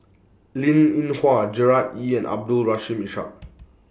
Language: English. Linn in Hua Gerard Ee and Abdul Rush Ishak